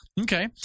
Okay